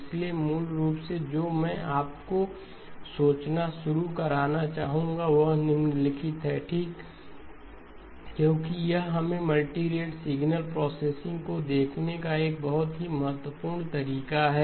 इसलिए मूल रूप से जो मैं आपको सोचना शुरू करना चाहूंगा वह निम्नलिखित है ठीक क्योंकि यह हमें मल्टीरेट सिग्नल प्रोसेसिंग को देखने का एक बहुत ही महत्वपूर्ण तरीका है